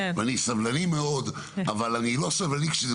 אני סבלני מאוד אבל אני לא סבלני כשזה